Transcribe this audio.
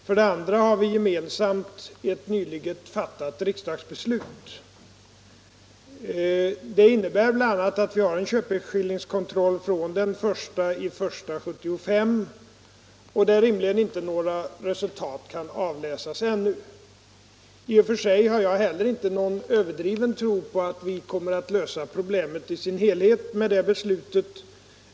För det andra har vi gemensamt bakom oss ett nyligen fattat riksdagsbeslut, som bl.a. innebär att vi har en köpeskillingskontroll i kraft sedan den 1 januari 1975. Rimligen kan där ännu inte några resultat avläsas. I och för sig har jag inte heller någon överdriven tro på att vi med detta beslut kommer att lösa problemet i dess helhet.